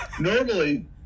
Normally